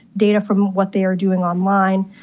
data from what they are doing online.